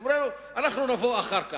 אמרו לו: אנחנו נבוא אחר כך.